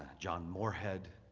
john morehead